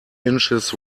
inches